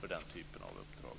för den typen av uppdrag.